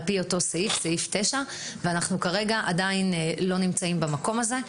פי אותו סעיף 9 אבל כרגע אנחנו עדיין לא נמצאים במקום הזה.